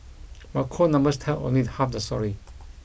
but cold numbers tell only half the story